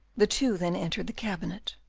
the two then entered the cabinet.